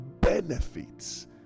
benefits